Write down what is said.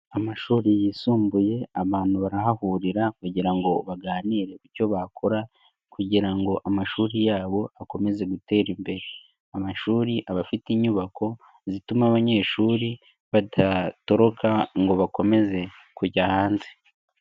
Amashuri yisumbuye abantu barahahurira, kugira ngo baganire icyo bakora kugira ngo amashuri yabo akomeze gutera imbere. Amashuri abafite inyubako zituma abanyeshuri badatoroka ngo bakomeze kujya hanze.